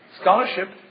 Scholarship